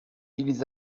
ils